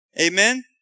Amen